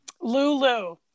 Lulu